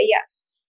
yes